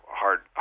hard